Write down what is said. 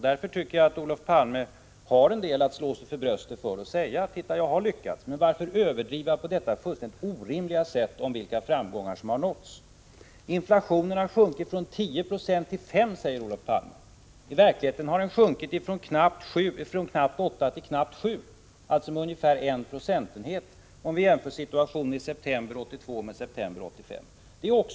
Därför har Olof Palme något att slå sig för bröstet för och säga: Titta, jag har lyckats. Men varför överdriva på detta orimliga sätt om vilka framgångar som har nåtts? Inflationen har sjunkit från 10 till 5 96, säger Olof Palme. I verkligheten har den sjunkit från knappt 8 till knappt 7 26, alltså ungefär en procentenhet, om vi jämför situationen i september 1982 med situationen i september 1985.